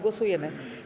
Głosujemy.